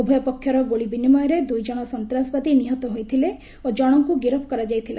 ଉଭୟ ପକ୍ଷର ଗୁଳି ବିନିମୟରେ ଦୁଇ ଜଣ ସନ୍ତାସବାଦୀ ନିହତ ହୋଇଥିଲେ ଓ ଜଣଙ୍କୁ ଗିରଫ କରାଯାଇଥିଲା